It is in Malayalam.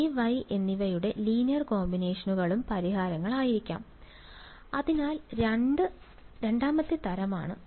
J Y എന്നിവയുടെ ലീനിയർ കോമ്പിനേഷനുകളും പരിഹാരങ്ങളായിരിക്കും അതിനാൽ അത് രണ്ടാമത്തെ തരമാണ്